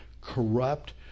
corrupt